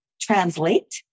translate